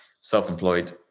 self-employed